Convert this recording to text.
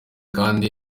kandi